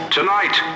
Tonight